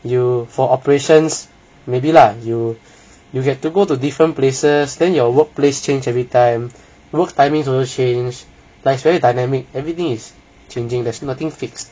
you for operations maybe lah you you have to go to different places then your workplace change everytime work timings also will change like is very dynamic everything is changing there's nothing fix